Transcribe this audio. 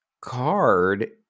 card